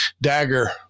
dagger